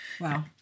Wow